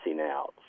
out